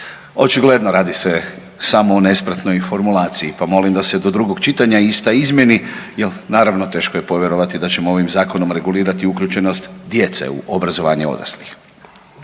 očigledno radi se samo o nespretnoj formulaciji pa molim da se do drugog čitanja ista izmijeni jel naravno teško je povjerovati da ćemo ovim zakonom regulirati uključenost djece u obrazovanje odraslih.